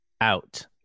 out